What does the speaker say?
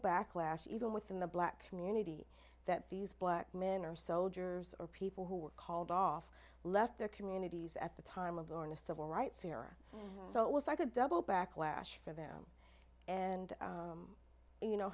backlash even within the black community that these black men are soldiers or people who are called off left their communities at the time of the in the civil rights era so it was like a double backlash for them and you know